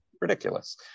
ridiculous